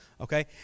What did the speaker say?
okay